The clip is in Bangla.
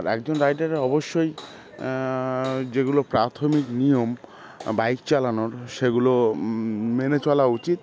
আর একজন রাইডারের অবশ্যই যেগুলো প্রাথমিক নিয়ম বাইক চালানোর সেগুলো মেনে চলা উচিত